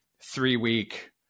three-week